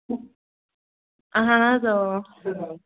اَہن حظ اۭں